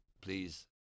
please